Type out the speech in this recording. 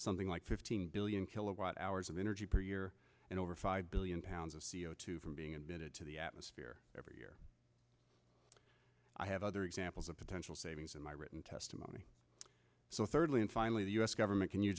something like fifteen billion kilowatt hours of energy per year and over five billion pounds of c o two from being emitted to the atmosphere every year i have other examples of potential savings in my written testimony so thirdly and finally the u s government can